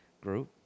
group